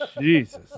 Jesus